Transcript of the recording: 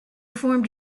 formed